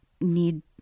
need